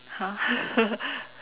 !huh!